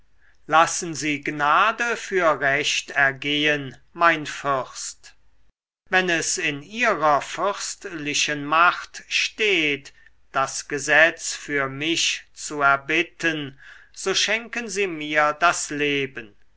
lassen sie gnade für recht ergehen mein fürst wenn es in ihrer fürstlichen macht steht das gesetz für mich zu erbitten so schenken sie mir das leben